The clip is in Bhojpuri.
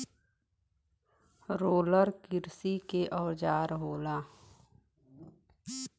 रोलर किरसी के औजार होखेला